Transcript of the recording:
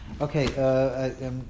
Okay